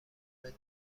درون